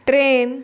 train